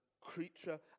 creature